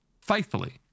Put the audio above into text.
faithfully